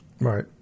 Right